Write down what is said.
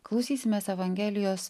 klausysimės evangelijos